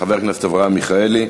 חבר הכנסת אברהם מיכאלי.